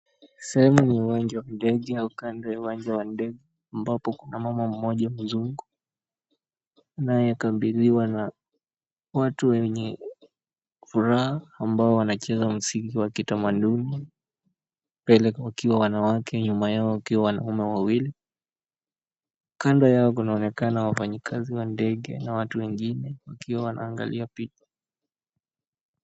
Sehemu ni uwanja wa ndege au kando ya uwanja wa ndege ambapo kuna mama mmoja mzungu. Anayekabililiwa na watu wenye furaha ambao wanacheza msimu wa kitamaduni. mbele wakiwa wanawake nyuma yao wakiwa wanaume wawili. Kando yao kunaonekana wafanyikazi wa ndege na watu wengine wakiwa wanaangalia picha.